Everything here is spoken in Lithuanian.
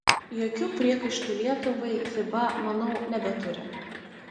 jokių priekaištų lietuvai fiba manau nebeturi